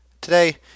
Today